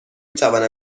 توانم